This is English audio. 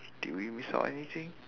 did we miss out anything